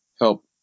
help